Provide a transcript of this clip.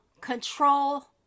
control